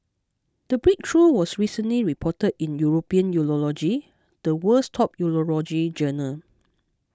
the breakthrough was recently reported in European Urology the world's top urology journal